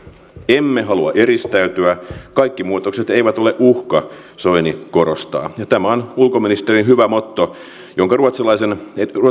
emme halua eristäytyä kaikki muutokset eivät ole uhka soini korostaa tämä on ulkoministerin hyvä motto jonka ruotsalainen